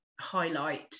highlight